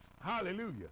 hallelujah